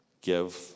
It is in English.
give